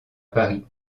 paris